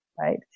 Right